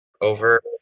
over